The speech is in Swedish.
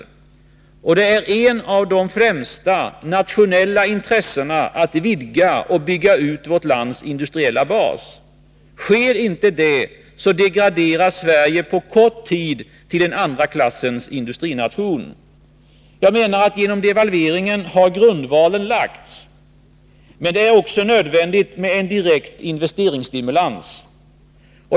Det är ett av de främsta nationella intressena att vidga och bygga ut vårt lands industriella bas. Sker inte det, degraderas Sverige på kort tid till en andra klassens industrination. Genom devalveringen har grundvalen lagts. Men det är också nödvändigt med direkt investeringsstimulans.